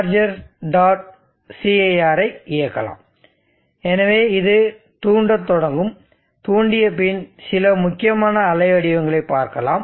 cir ஐ இயக்கலாம் எனவே இது தூண்டத் தொடங்கும் தூண்டிய பின் சில முக்கியமான அலை வடிவங்களைப் பார்க்கலாம்